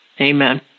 amen